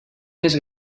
més